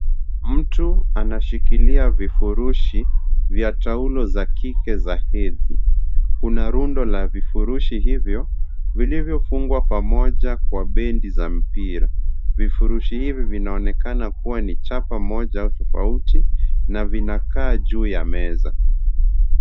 Mtu anashikilia vifurushi vya taulo za kike za hedhi. Kuna rundo la vifurushi hivyo vilivyofungwa pamoja kwa bendi za mpira. Vifurushi hivi vinaonekana kuwa ni chapa moja au tofauti na vinakaa juu ya meza.